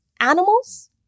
animals